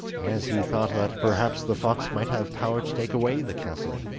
as he thought that perhaps the fox might have power to take away the castle,